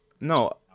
No